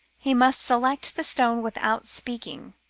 he must select the stone without speaking.